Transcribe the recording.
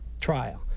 trial